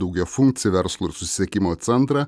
daugiafunkcį verslo ir susisiekimo centrą